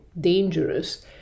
dangerous